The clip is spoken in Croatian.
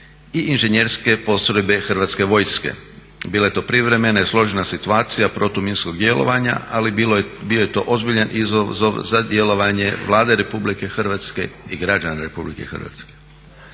i inženjerske postrojbe Hrvatske vojske. Bila je to privremena i složena situacija protuminskog djelovanja, ali bio je to ozbiljan izazov za djelovanje Vlade Republike Hrvatske i građana RH.